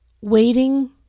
waiting